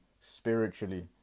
spiritually